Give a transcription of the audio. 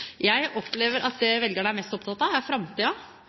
Jeg opplever at det velgerne er mest opptatt av, er